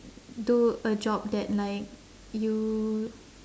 do a job that like you